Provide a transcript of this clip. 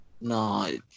No